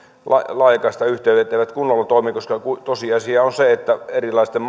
laajakaistayhteydet eivät kunnolla toimi koska tosiasia on se että erilaisten